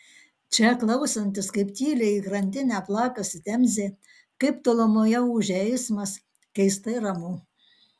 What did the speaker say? čia klausantis kaip tyliai į krantinę plakasi temzė kaip tolumoje ūžia eismas keistai ramu